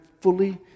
fully